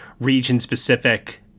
region-specific